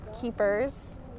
keepers